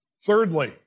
Thirdly